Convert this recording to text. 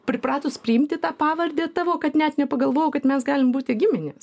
pripratus priimti tą pavardę tavo kad net nepagalvojau kad mes galim būti giminės